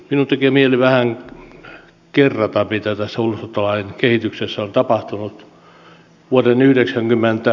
minun tekee mieleni vähän kerrata mitä tässä ulosottolain kehityksessä on tapahtunut